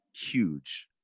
Huge